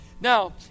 Now